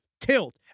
Tilt